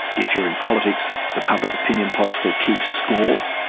if you're in politics, the public opinion pollster keeps score.